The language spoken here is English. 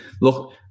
look